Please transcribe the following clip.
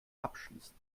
abschließen